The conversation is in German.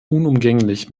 unumgänglich